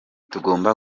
tugomba